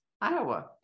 Iowa